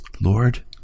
Lord